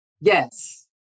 Yes